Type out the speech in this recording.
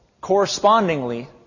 correspondingly